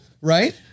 right